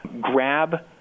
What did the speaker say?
grab